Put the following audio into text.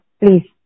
please